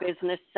business